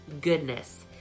goodness